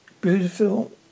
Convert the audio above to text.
beautiful